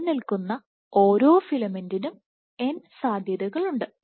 നിലനിൽക്കുന്ന ഓരോ ഫിലമെന്റിനും n സാധ്യതകളുണ്ട്